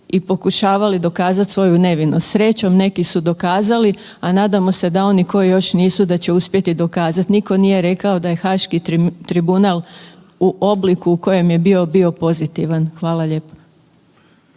i pokušavali dokazati svoju nevinost. Srećom, neki su dokazali, a nadamo se da oni koji još nisu da će uspjeti dokazat. Nitko nije rekao da je Haški tribunal u obliku u kojem je bio, bio pozitivan. Hvala lijepo.